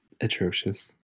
atrocious